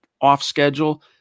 off-schedule